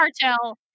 cartel